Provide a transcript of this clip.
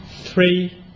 three